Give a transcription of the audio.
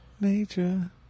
nature